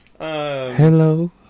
hello